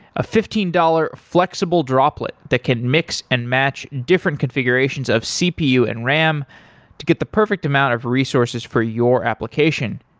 a fifteen dollars flexible droplet that can mix and match different configurations of cpu and ram to get the perfect amount of resources for your application.